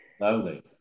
Lovely